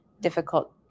difficult